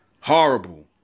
horrible